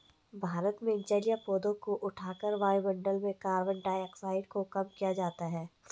भारत में जलीय पौधों को उठाकर वायुमंडल में कार्बन डाइऑक्साइड को कम किया जाता है